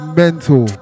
mental